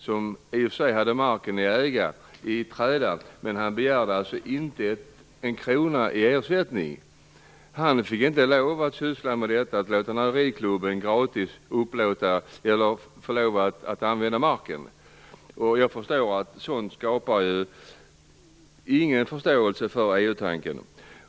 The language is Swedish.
Han hade i och för sig marken i träda, men han begärde inte en krona i ersättning. Han fick inte lov att låta ridklubben gratis använda marken. Jag förstår att sådant inte skapar någon förståelse för EU-tanken.